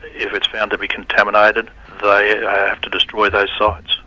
if it's found to be contaminated, they have to destroy those sites.